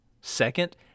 Second